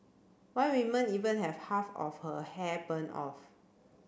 one women even had half her hair burned off